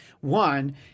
One